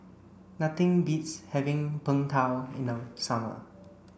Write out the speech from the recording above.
nothing beats having Png Tao in no summer